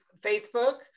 Facebook